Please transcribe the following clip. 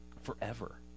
Forever